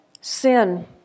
sin